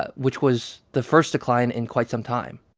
ah which was the first decline in quite some time